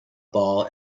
ball